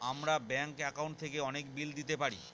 আমরা bank account থেকে অনেক বিল দিতে পারি